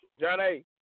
Johnny